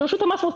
שמותר לרשות המס.